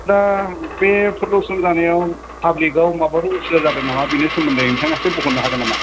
दा बे पलिउसन जानायाव पाब्लिकाव माबाफोर असुबिदा जादों नामा बेनि सोमोन्दै नोंथाङा एसे बुंहरनो हागोन नामा